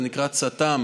זה נקרא צט"מ,